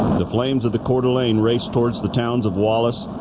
the flames of the coeur d'alene raced towards the towns of wallace,